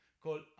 called